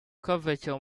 curvature